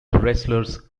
wrestlers